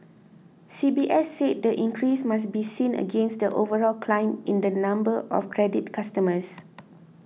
C B S said the increase must be seen against the overall climb in the number of credit customers